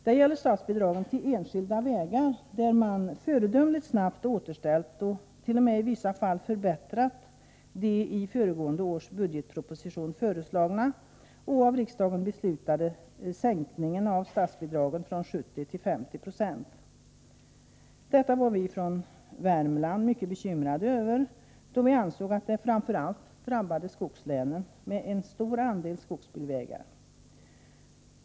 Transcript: Det gäller statsbidragen till enskilda vägar, där man föredömligt snabbt återställt och i vissa fall t.o.m. förbättrat den i föregående års budgetproposition föreslagna och av riksdagen beslutade sänkningen av statsbidragen från 70 till 50 Ze. Detta var vi från Värmland mycket bekymrade för, eftersom vi ansåg att det drabbade framför allt skogslänen, med en stor andel skogsbilvägar.